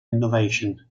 innovation